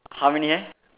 how many hair